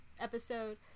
episode